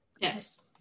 yes